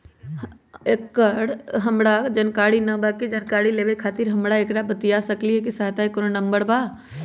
एकर हमरा जानकारी न बा जानकारी लेवे के खातिर हम केकरा से बातिया सकली ह सहायता के कोनो नंबर बा?